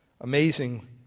Amazing